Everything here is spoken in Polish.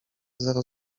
zero